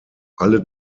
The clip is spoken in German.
alle